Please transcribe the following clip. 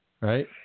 right